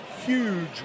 huge